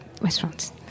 restaurants